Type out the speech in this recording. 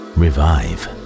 revive